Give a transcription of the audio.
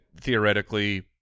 theoretically